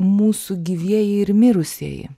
mūsų gyvieji ir mirusieji